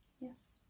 Yes